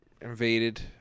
invaded